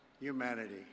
humanity